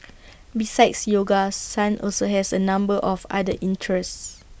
besides yoga sun also has A number of other interests